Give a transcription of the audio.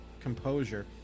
composure